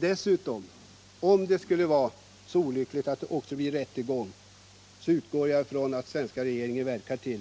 Dessutom: Om det skulle vara så olyckligt att det blir rättegång, utgår jag ifrån att den svenska regeringen verkar för